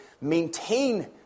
maintain